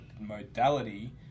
modality